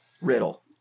riddle